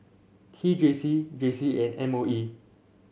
T J C J C and M O E